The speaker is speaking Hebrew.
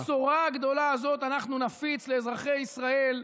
ואת הבשורה הגדולה הזאת אנחנו נפיץ לאזרחי ישראל,